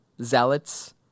zealots